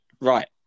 right